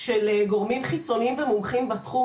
של גורמים חיצוניים ומומחים בתחום.